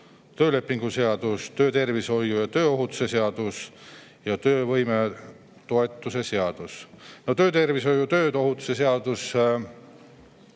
töölepingu seadus, töötervishoiu ja tööohutuse seadus ning töövõimetoetuse seadus. Töötervishoiu ja tööohutuse seadust